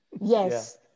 Yes